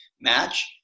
match